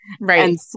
Right